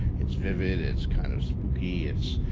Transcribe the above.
it's vivid. it's kind of spooky. it's